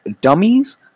Dummies